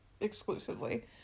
exclusively